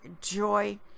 joy